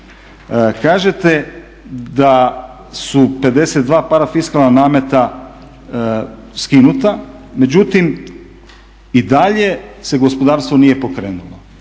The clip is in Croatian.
Kažete da su 52 parafiskalna nameta skinuta, međutim i dalje se gospodarstvo nije pokrenulo,